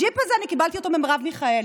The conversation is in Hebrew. הג'יפ הזה, אני קיבלתי אותו ממרב מיכאלי.